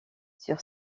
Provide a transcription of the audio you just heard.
sur